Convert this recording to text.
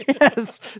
Yes